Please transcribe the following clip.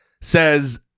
says